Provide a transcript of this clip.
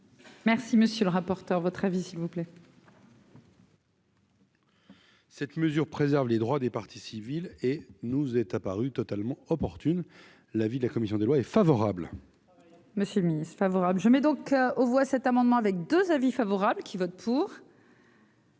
Merci, monsieur le rapporteur, votre avis s'il vous plaît. Cette mesure préserve les droits des parties civiles et nous est apparu totalement opportune l'avis de la commission des lois favorable. Monsieur Miss favorable je mets donc aux voix cet amendement avec 2 avis favorable qui vote pour.